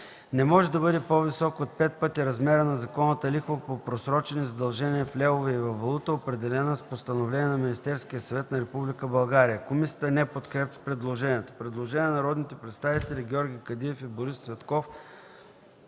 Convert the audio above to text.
не може да бъде по-висок от пет пъти размера на законната лихва по просрочени задължения в левове и във валута, определена с Постановление на Министерския съвет на Република България.” Комисията не подкрепя предложението. Предложение на народните представители Георги Кадиев и Борис Цветков